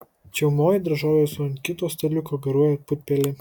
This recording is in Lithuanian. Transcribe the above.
čiaumoji daržoves o ant kito staliuko garuoja putpelė